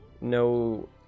no